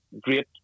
great